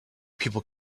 people